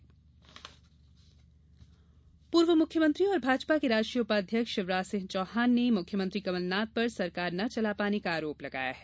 चौहान आरोप पूर्व मुख्यमंत्री और भाजपा के राष्ट्रीय उपाध्यक्ष शिवराज सिंह चौहान ने मुख्यमंत्री कमलनाथ पर सरकार न चला पाने का आरोप लगाया है